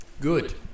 good